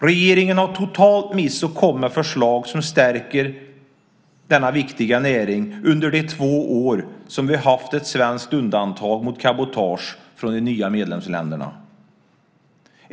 Regeringen har totalt missat att komma med förslag som stärker denna viktiga näring under de två år som vi har haft ett svenskt undantag mot cabotage från de nya medlemsländerna.